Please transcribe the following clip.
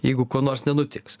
jeigu ko nors nenutiks